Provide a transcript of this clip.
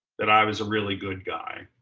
that i was a really good guy.